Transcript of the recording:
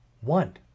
One